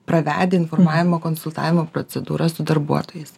pravedę informavimo konsultavimo procedūras su darbuotojais